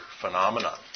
phenomenon